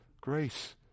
grace